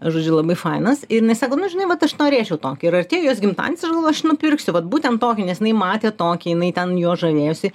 žodžiu labai fainas ir jinai sako nu žinai vat aš norėčiau tokio ir artėjo jos gimtadienis aš galvoju aš nupirksiu vat būtent tokį nes jinai matė tokį jinai ten juo žavėjosi